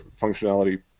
functionality